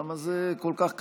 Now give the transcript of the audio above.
למה זה כל כך קשה?